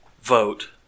vote